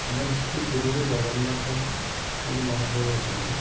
ଆମର ସେଠି ପୁରୀରେ ଜଗନ୍ନାଥ ବୋଲି ମହାପ୍ରଭୁ ଅଛନ୍ତି